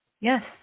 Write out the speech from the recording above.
Yes